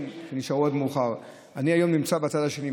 שנשארו עד מאוחר: אני היום נמצא בצד השני,